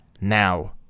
now